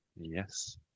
Yes